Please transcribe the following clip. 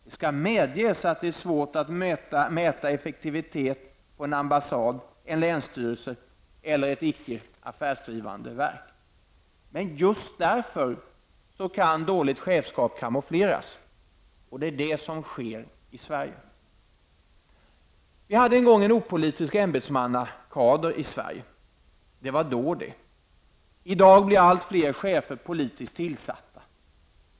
Det skall medges att det är svårt att mäta effektivitet på en ambassad, en länsstyrelse eller ett icke affärsdrivande verk. Men just därför kan dåligt chefskap kamoufleras, och det är det som sker i Vi hade en gång en opolitisk ämbetsmannakader i Sverige. Det var då, det. I dag blir allt fler chefer politiskt tillsatta.